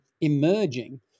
emerging